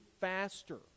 faster